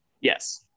Yes